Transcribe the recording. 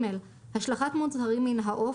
השלכת מוצרים מן העוף,